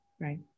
Right